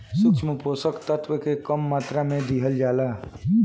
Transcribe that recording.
सूक्ष्म पोषक तत्व के कम मात्रा में दिहल जाला